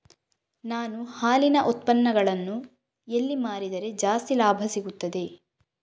ನಾನು ಹಾಲಿನ ಉತ್ಪನ್ನಗಳನ್ನು ಎಲ್ಲಿ ಮಾರಿದರೆ ಜಾಸ್ತಿ ಲಾಭ ಸಿಗುತ್ತದೆ?